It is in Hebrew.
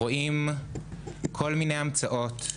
רואים כל מיני המצאות,